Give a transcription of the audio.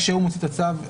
כשהוא מוציא את הצו,